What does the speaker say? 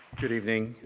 good evening,